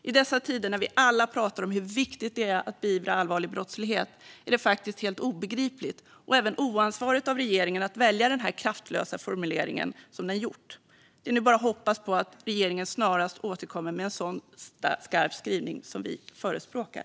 I dessa tider, när vi alla pratar om hur viktigt det är att beivra allvarlig brottslighet, är det faktiskt helt obegripligt och även oansvarigt av regeringen att välja den kraftlösa formulering som den gjort. Det är nu bara att hoppas på att regeringen snarast återkommer med en sådan skarp skrivning som vi förespråkar.